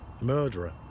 murderer